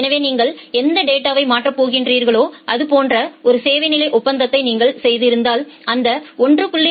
எனவே நீங்கள் எந்த டேட்டாவை மாற்றப் போகிறீர்களோ அது போன்ற ஒரு சேவை நிலை ஒப்பந்தத்தை நீங்கள் செய்திருந்தால் அந்த 1